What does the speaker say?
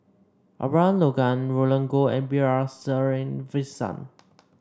Abraham Logan Roland Goh and B R Sreenivasan